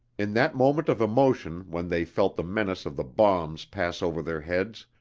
in that moment of emotion when they felt the menace of the bombs pass over their heads,